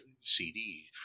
CD